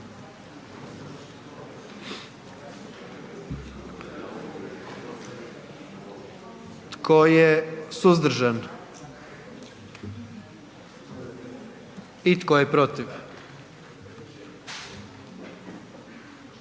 Tko je suzdržan? I tko je protiv?